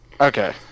Okay